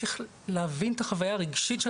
צריך להבין את החוויה הרגישית שהן עוברות.